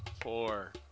four